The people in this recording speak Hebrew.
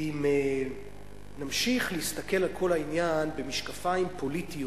אם נמשיך להסתכל על כל העניין במשקפיים פוליטיים